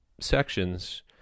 Sections